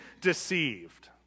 deceived